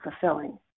fulfilling